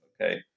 okay